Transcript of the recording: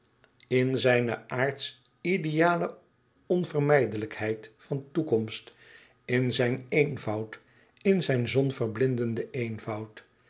in zijne aardsch ideale onvermijdelijkheid van toekomst in zijn eenvoud in zijn zonverblindenden eenvoud